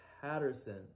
Patterson